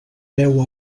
beu